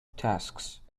tasks